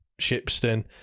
Shipston